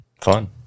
Fun